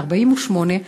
ב-1948,